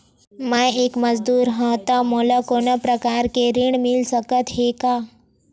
मैं एक मजदूर हंव त मोला कोनो प्रकार के ऋण मिल सकत हे का?